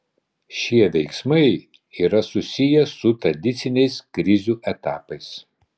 šie veiksmai yra susiję su tradiciniais krizių etapais